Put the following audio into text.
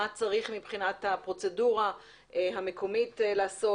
מה צריך מבחינת הפרוצדורה המקומית לעשות,